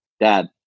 Dad